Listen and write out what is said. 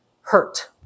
hurt